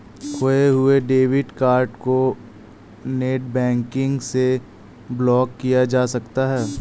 खोये हुए debit card को नेटबैंकिंग से ब्लॉक किया जा सकता है